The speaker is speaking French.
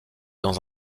dans